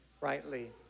rightly